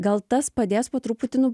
gal tas padės po truputį nu